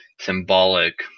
symbolic